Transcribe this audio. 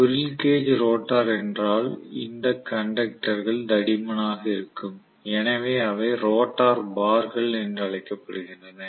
squirrel cage rotor என்றால் இந்த கண்டக்டர்கள் தடிமனாக இருக்கும் எனவே அவை ரோட்டார் பார்கள் என்று அழைக்கப்படுகின்றன